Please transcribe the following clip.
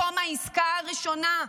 בתום העסקה הראשונה,